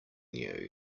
new